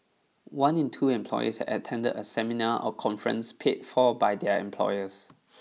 one in two employees had attended a seminar or conference paid for by their employers